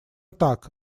так